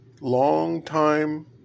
long-time